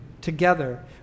together